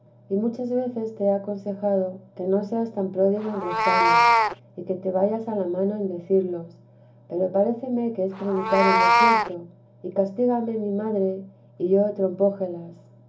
y muchas veces te he aconsejado que no seas tan pródigo en refranes y que te vayas a la mano en decirlos pero paréceme que es predicar en desierto y castígame mi madre y yo